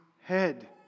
head